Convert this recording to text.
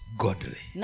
godly